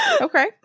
Okay